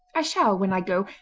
i shall, when i go,